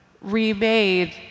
remade